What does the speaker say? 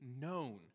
known